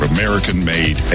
American-made